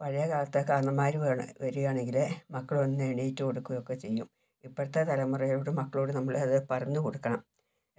പഴയ കാലത്തെ കാർന്നോമ്മാർ വള വരുവാണെങ്കിൽ മക്കളൊന്നു എണീറ്റ് കൊടുക്കുവോക്കെ ചെയ്യും ഇപ്പോഴത്തെ തലമുറയോടും മക്കളോടും നമ്മൾ അത് പറഞ്ഞ് കൊടുക്കണം